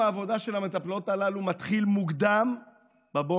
יום העבודה של המטפלות הללו מתחיל מוקדם בבוקר,